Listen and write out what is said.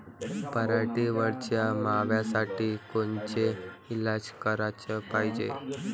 पराटीवरच्या माव्यासाठी कोनचे इलाज कराच पायजे?